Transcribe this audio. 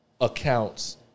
accounts